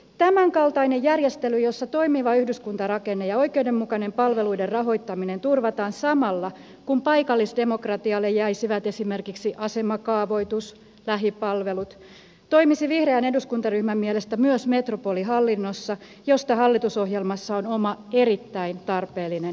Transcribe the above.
tämänkaltainen järjestely jossa toimiva yhdyskuntarakenne ja oikeudenmukainen palveluiden rahoittaminen turvataan samalla kun paikallisdemokratialle jäisivät esimerkiksi asemakaavoitus ja lähipalvelut toimisi vihreän eduskuntaryhmän mielestä myös metropolihallinnossa josta hallitusohjelmassa on oma erittäin tarpeellinen kirjauksensa